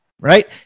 right